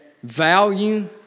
Value